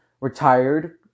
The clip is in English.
retired